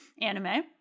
anime